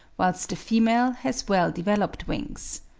whilst the female has well-developed wings.